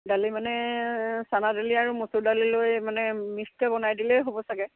দালি মানে চানা দালি আৰু মচুৰ দালি লৈ মানে মিক্সকৈ বনাই দিলেই হ'ব চাগে